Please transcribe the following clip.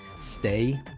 Stay